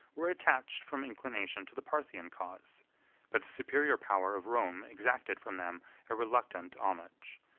were attached from inclination to the parthian cause but the superior power of rome exacted from them a reluctant homage,